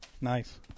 Nice